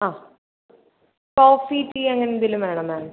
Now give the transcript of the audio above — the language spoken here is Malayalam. ആ കോഫി ടീ അങ്ങനെ എന്തേലും വേണോ മാം